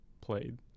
played